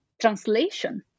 translation